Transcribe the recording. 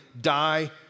die